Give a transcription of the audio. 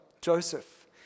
Joseph